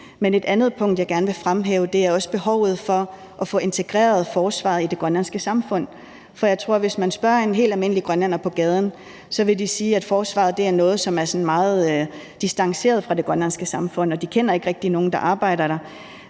Men et andet punkt, jeg gerne vil fremhæve, er også behovet for at få integreret forsvaret i det grønlandske samfund. For jeg tror, at hvis man spørger helt almindelige grønlændere på gaden, vil de sige, at forsvaret er noget, der er sådan meget distanceret fra det grønlandske samfund, og de kender ikke rigtig nogen, der arbejder der.